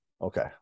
Okay